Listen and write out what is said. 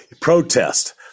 protest